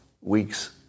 weeks